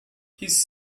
his